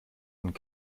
und